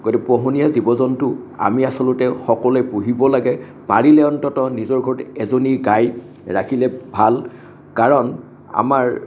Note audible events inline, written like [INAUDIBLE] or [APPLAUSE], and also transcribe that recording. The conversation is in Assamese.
[UNINTELLIGIBLE] পোহনীয়া জীৱ জন্তু আমি আচলতে সকলোৱে পুহিব লাগে পাৰিলে অন্ততঃ নিজৰ ঘৰত এজনী গাই ৰাখিলে ভাল কাৰণ আমাৰ